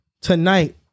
tonight